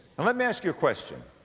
and let me ask you a question.